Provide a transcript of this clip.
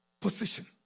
position